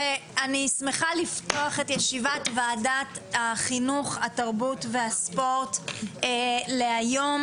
אני שמחה לפתוח את ישיבת ועדת החינוך התרבות והספורט להיום,